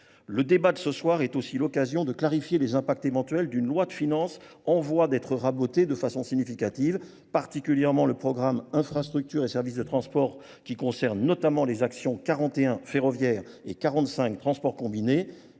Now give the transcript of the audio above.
Le débat de ce soir est aussi l'occasion de clarifier les impacts éventuels d'une loi de finances en voie d'être rabotée de façon significative, particulièrement le programme infrastructure et services de transport qui concerne notamment les actions 41 ferroviaires et 45 transports combinés.